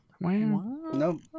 No